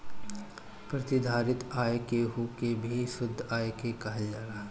प्रतिधारित आय केहू के भी शुद्ध आय के कहल जाला